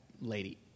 lady